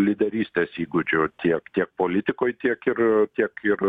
lyderystės įgūdžio tiek tiek politikoj tiek ir tiek ir